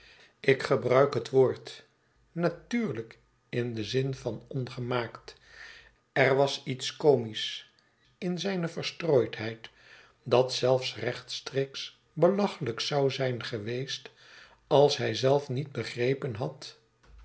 ik gebruik het woord natuurlijk in den zin van ongemaakt er was iets comisch in zijne verstrooidheid dat zelfs rechtstreeks belachelijk zou zijn geweest als hij zelf niet begrepen had